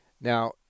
Now